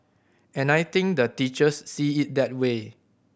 and I think the teachers see it that way